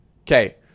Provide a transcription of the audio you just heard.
Okay